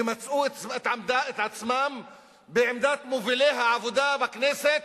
שמצאו את עצמם בעמדת מובילי העבודה בכנסת